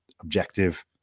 objective